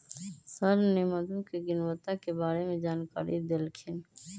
sir ने मधु के गुणवत्ता के बारे में जानकारी देल खिन